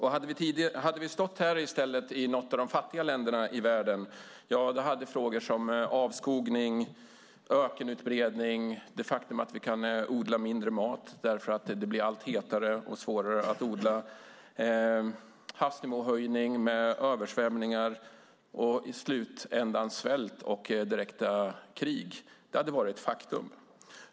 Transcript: Hade vi här befunnit oss i något av de fattiga länderna i världen hade frågor som avskogning, ökenutbredning, det faktum att vi kan odla mindre mat därför att det blir allt hetare och svårare att odla, havsnivåhöjning med översvämningar och i slutändan svält och direkta krig varit ett faktum.